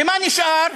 ומה נשאר?